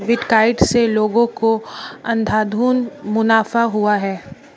bitcoin से लोगों को अंधाधुन मुनाफा हुआ है